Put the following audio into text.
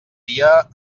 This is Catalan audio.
dia